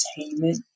entertainment